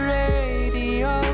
radio